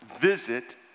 visit